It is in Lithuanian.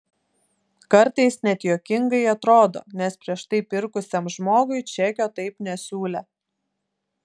kartais net juokingai atrodo nes prieš tai pirkusiam žmogui čekio taip nesiūlė